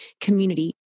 community